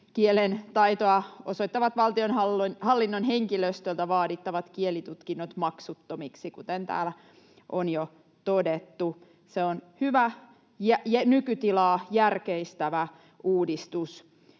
kielen taitoa osoittavat valtionhallinnon henkilöstöltä vaadittavat kielitutkinnot maksuttomiksi, kuten täällä on jo todettu. Se on hyvä ja nykytilaa järkeistävä uudistus.